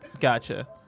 Gotcha